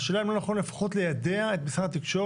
השאלה אם לא נכון לפחות ליידע את משרד התקשורת